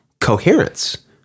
coherence